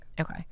Okay